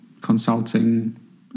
consulting